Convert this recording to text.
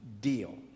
deal